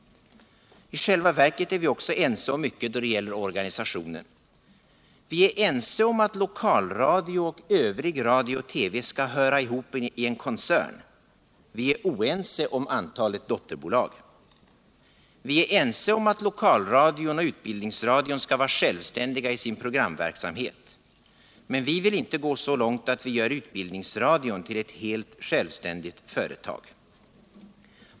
I själva verket är vi också ense om mycket då det gäller organisationen. Vi är ense om att lokalradio och övrig radio och TV skall höra hop i en koncern, även om vi är oense om antalet dotterbolag. Vi är även ense om att lokalradion och utbildningsradion skall vara självständiga i sin programverksamhet, men vi vill inte gå så långt att vi gör utbildningsradion till ett helt självständigt företag.